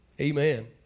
Amen